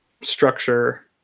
structure